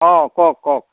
অঁ কওক কওক